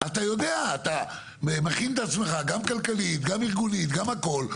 אתה מכין את עצמך ארגונית, כלכלית וכולי.